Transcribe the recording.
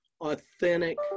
authentic